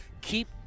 keep